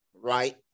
right